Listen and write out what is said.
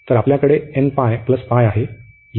तर आपल्याकडे nπ π आहे